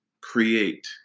create